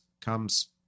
comes